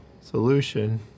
solution